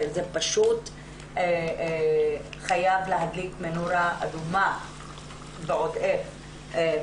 זה פשוט חייב להדליק מנורה אדומה בפנינו,